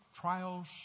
trials